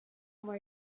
more